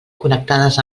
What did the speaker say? connectades